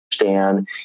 understand